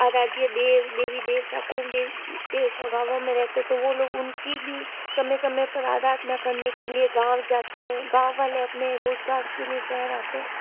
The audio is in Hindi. आराध्य देव देवी देवता कुलदेव गाँवों में रहते तो वह लोग उनकी भी समय समय पर आराधना करने के लिए गाँव जाते हैं गाँव वाले अपने रोजगार के लिए शहर आते हैं